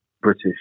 British